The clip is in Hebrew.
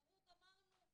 אמרו: גמרנו,